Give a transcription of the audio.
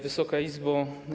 Wysoka Izbo!